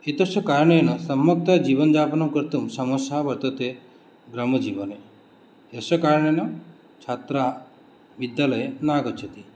एतस्य कारणेन सम्यक्तया जीवनयापनं कर्तुं समस्या वर्तते ग्राम्यजीवने यस्य कारणेन छात्रः विद्यालयं न आगच्छति